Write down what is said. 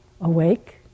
awake